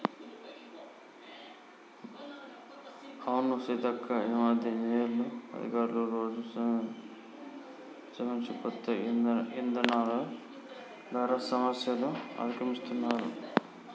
అవును సీతక్క ఈ మధ్య ఇంజనీర్లు అధికారులు రోజు శ్రమించి కొత్త ఇధానాలు ద్వారా సమస్యలు అధిగమిస్తున్నారు